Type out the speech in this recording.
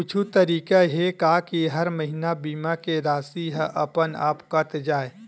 कुछु तरीका हे का कि हर महीना बीमा के राशि हा अपन आप कत जाय?